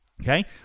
okay